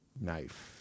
knife